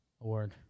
Award